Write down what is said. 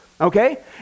okay